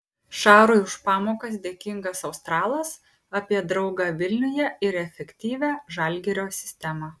šarui už pamokas dėkingas australas apie draugą vilniuje ir efektyvią žalgirio sistemą